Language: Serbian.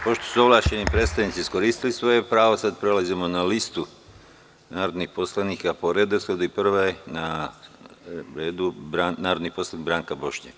Pošto su ovlašćeni predstavnici iskoristili svoje pravo, prelazimo na listu narodnih poslanika po redosledu i prva je na redu narodni poslanik Branka Bošnjak.